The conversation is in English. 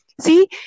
See